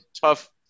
tough